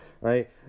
right